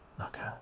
okay